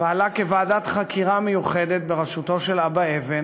פעלה כוועדת חקירה מיוחדת בראשותו של אבא אבן,